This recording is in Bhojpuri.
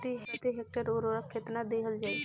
प्रति हेक्टेयर उर्वरक केतना दिहल जाई?